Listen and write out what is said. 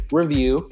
review